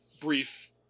brief